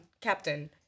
captain